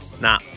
Nah